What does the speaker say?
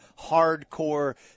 hardcore